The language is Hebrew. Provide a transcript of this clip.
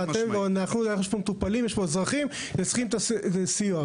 יש פה מטופלים ואזרחים שצריכים את הסיוע,